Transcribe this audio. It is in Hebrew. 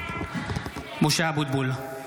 (קורא בשמות חברי הכנסת) משה אבוטבול,